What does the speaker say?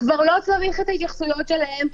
כבר לא צריך את ההתייחסויות שלהם,